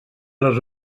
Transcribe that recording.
les